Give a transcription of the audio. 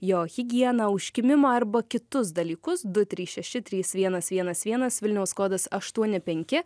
jo higieną užkimimą arba kitus dalykus du trys šeši trys vienas vienas vienas vilniaus kodas aštuoni penki